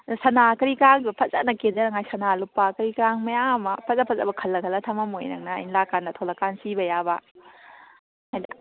ꯑꯗꯣ ꯁꯅꯥ ꯀꯔꯤ ꯀꯔꯥꯗꯣ ꯐꯖꯅ ꯀꯦꯊꯅꯉꯥꯏ ꯁꯅꯥ ꯂꯨꯄꯥ ꯀꯔꯤ ꯀꯔꯥꯡ ꯃꯌꯥꯝ ꯑꯃ ꯐꯖ ꯐꯖꯕ ꯈꯜꯂ ꯈꯜꯂꯒ ꯊꯃꯝꯃꯣꯅꯦ ꯅꯪꯅ ꯑꯩꯅ ꯂꯥꯛꯀꯥꯟꯗ ꯊꯣꯂꯛꯀꯥꯟ ꯁꯤꯕ ꯌꯥꯕ ꯑꯗꯣ